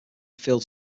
fields